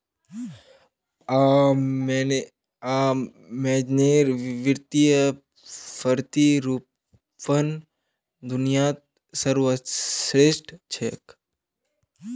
अमेज़नेर वित्तीय प्रतिरूपण दुनियात सर्वश्रेष्ठ छेक